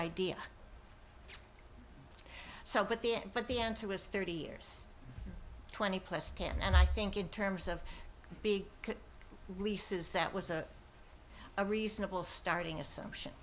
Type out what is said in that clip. idea so but the but the answer was thirty years twenty plus ten and i think in terms of big releases that was a a reasonable starting assumption